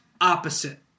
opposite